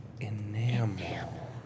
Enamel